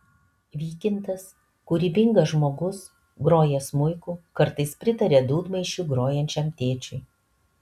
vykintas kūrybingas žmogus groja smuiku kartais pritaria dūdmaišiu grojančiam tėčiui